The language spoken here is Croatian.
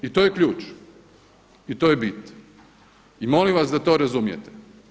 I to je ključ i to je bit i molim vas da to razumijete.